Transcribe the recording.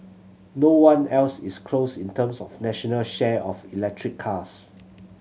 no one else is close in terms of a national share of electric cars